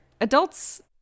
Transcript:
Adults